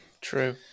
True